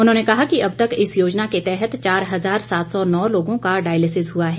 उन्होंने कहा कि अब तक इस योजना के तहत चार हजार सात सौ नो लोगों का डायलिसिस हुआ है